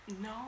No